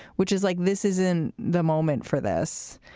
which is like this is in the moment for this.